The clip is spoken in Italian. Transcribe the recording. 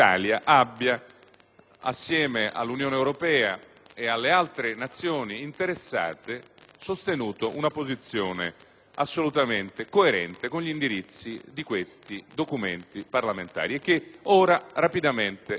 assieme all'Unione europea e alle altre Nazioni interessate, abbia sostenuto una posizione assolutamente coerente con gli indirizzi di questi documenti parlamentari, che ora rapidamente riassumo.